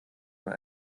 man